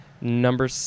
number